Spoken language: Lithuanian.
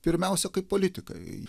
pirmiausia kaip politikai